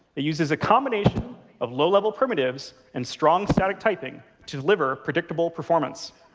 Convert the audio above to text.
it uses a combination of low-level primitives and strong static typing to deliver predictable performance.